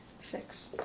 Six